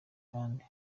kandi